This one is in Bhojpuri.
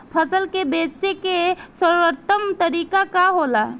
फसल के बेचे के सर्वोत्तम तरीका का होला?